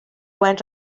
went